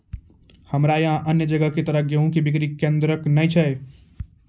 हमरा यहाँ अन्य जगह की तरह गेहूँ के बिक्री केन्द्रऽक नैय छैय?